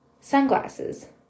sunglasses